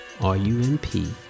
R-U-N-P